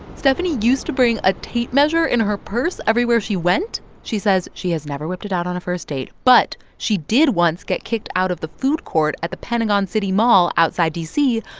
stephani used to bring a tape measure in her purse everywhere she went. she says she has never whipped it out on a first date, but she did once get kicked out of the food court at the pentagon city mall outside d c.